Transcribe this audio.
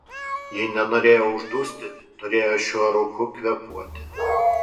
jei nenorėjo uždusti turėjo šiuo rūku kvėpuoti